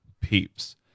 Peeps